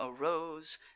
arose